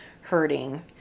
hurting